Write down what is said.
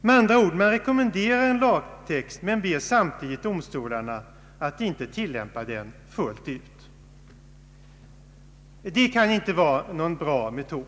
Man anbefaller med andra ord en lagtext men ber samtidigt domstolarna att inte tillämpa den fullt ut. Detta kan inte vara någon bra metod.